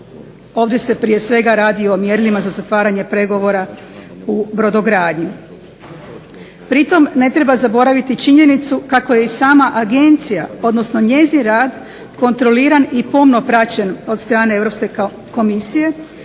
Ovdje se prije svega radi o mjerilima za zatvaranje pregovora u brodogradnji. Pritom ne treba zaboraviti činjenicu kako je i sama agencija, odnosno njezin rad kontroliran i pomno praćen od strane Europske komisije